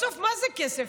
בסוף מה זה כסף?